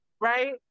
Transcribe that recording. Right